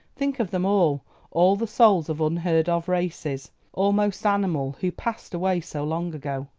think of them all all the souls of unheard-of races, almost animal, who passed away so long ago.